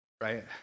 Right